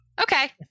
Okay